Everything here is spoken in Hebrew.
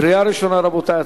קריאה ראשונה, רבותי.